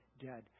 dead